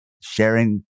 sharing